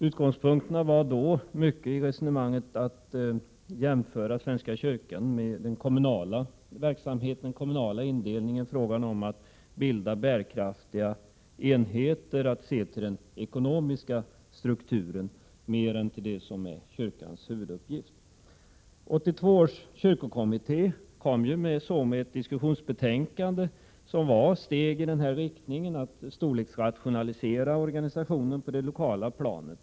Utgångspunkterna låg då i mycket i resonemanget att jämföra svenska kyrkan med den kommunala verksamheten och den kommunala indelningen i fråga om att bilda bärkraftiga enheter och se till den ekonomiska strukturen mer än till det som är kyrkans huvuduppgift. 1982 års kyrkokommitté kom så med ett diskussionsbetänkande som innebar steg i den riktningen, att storleksrationalisera organisationen på det lokala planet.